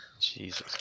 Jesus